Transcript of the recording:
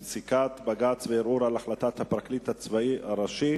944 ו-975: פסיקת בג"ץ וערעור על החלטת הפרקליט הצבאי הראשי